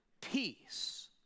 peace